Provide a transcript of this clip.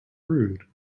rude